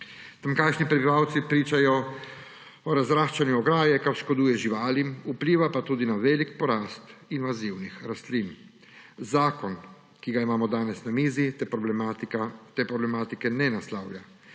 Tamkajšnji prebivalci pričajo o razraščanju ograje, kar škoduje živalim, vpliva pa tudi na velik porast invazivnih rastlin. Zakon, ki ga imamo danes na mizi, te problematike ne naslavlja.